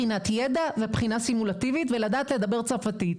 בחינת ידע ובחינה סימולטיבית, ולדעת לדבר צרפתית.